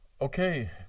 Okay